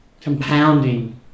compounding